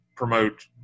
promote